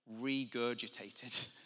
regurgitated